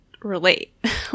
relate